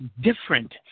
different